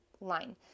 line